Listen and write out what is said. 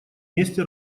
месте